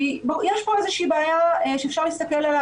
כי יש פה איזה שהיא בעיה שאפשר להסתכל עליה,